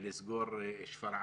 לסגור את שפרעם,